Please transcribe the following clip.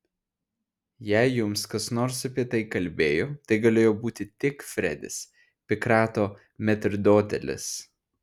jei jums kas nors apie tai kalbėjo tai galėjo būti tik fredis pikrato metrdotelis